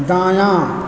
दायाँ